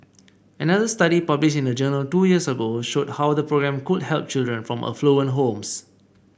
another study published in a journal two years ago showed how the programme could help children from affluent homes